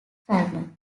falmouth